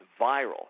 viral